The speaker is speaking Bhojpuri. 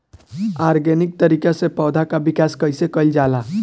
ऑर्गेनिक तरीका से पौधा क विकास कइसे कईल जाला?